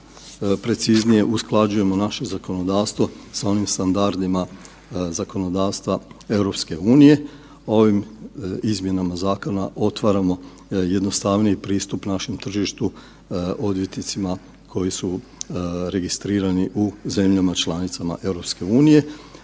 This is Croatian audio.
preciznije usklađujemo naše zakonodavstvo sa onim standardima zakonodavstva EU-e. Ovim izmjenama zakona otvaramo jednostavniji pristup našem tržištu odvjetnicima koji su registrirani u zemljama članicama EU-e.